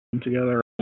together